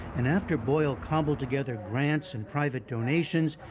and after boyle cobbled together grants and private donations,